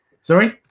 sorry